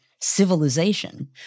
civilization